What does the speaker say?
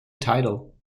title